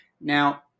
Now